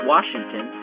Washington